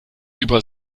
über